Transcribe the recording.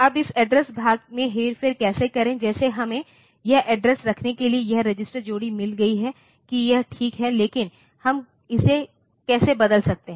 अब इस एड्रेस भाग में हेरफेर कैसे करें जैसे हमें यह एड्रेस रखने के लिए यह रजिस्टर जोड़ी मिल गई है कि यह ठीक है लेकिन हम इसे कैसे बदल सकते हैं